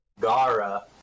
Gara